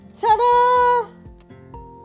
ta-da